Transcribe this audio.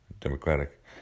Democratic